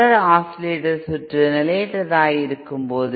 தொடக்கத்தில் ஆஸிலேட்டர் சுற்று நிலையற்றதாய் இருக்கும்போது